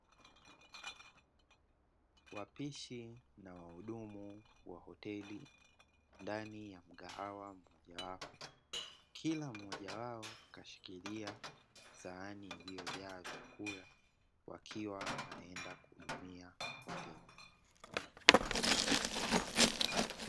Wapishi na wahudumu wa hoteli ndani ya mgahawa mmoja wapo. Kila mmoja wao kashikilia sahani iliyojaa vyakula wakiwa wanaenda kuhudumia wateja.